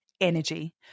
Energy